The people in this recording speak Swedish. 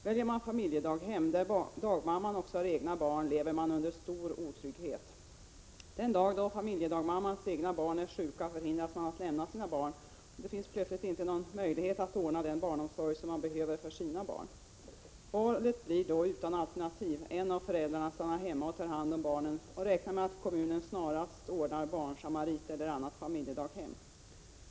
Väljer man familjedaghem där dagmamman också har egna barn lever man under stor otrygghet. Den dag då familjedagmammans egna barn är sjuka förhindras man att lämna sina barn, och det finns plötsligt inte någon möjlighet att ordna den barnomsorg som man behöver för sina barn. Valet blir då utan alternativ, en av föräldrarna stannar hemma och tar hand om barnen. Man räknar med att kommunen snarast ordnar barnsamarit eller annat familjedaghem.